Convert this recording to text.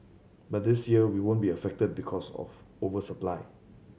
but this year we won't be affected because of over supply